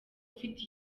ufite